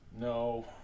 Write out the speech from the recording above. No